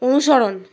অনুসরণ